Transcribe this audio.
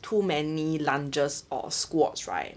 too many lunges or squats right